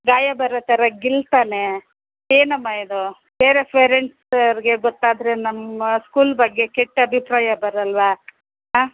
ಗಾಯ ಬರೋ ಥರ ಗಿಲ್ತಾನೆ ಏನಮ್ಮ ಇದು ಬೇರೆ ಪೇರೆಂಟ್ಸ್ ಅವರಿಗೆ ಗೊತ್ತಾದರೆ ನಮ್ಮ ಸ್ಕೂಲ್ ಬಗ್ಗೆ ಕೆಟ್ಟ ಅಭಿಪ್ರಾಯ ಬರಲ್ವ ಹಾಂ